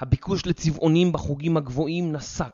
הביקוש לצבעונים בחוגים הגבוהים נסק.